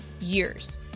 years